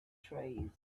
trees